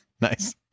Nice